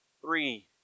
three